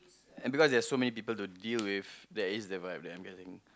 and because there's so many people to deal with that is the vibe that I'm getting